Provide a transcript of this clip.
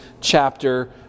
chapter